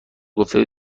گفتگو